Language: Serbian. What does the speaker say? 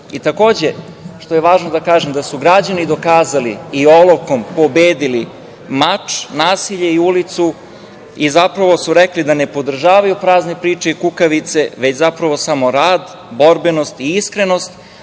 što je važno da kažem da su građani dokazali i olovkom pobedili mač, nasilje i ulicu i zapravo su rekli da ne podržavaju prazne priče i kukavice, već samo rad, borbenost i iskrenost,